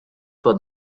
for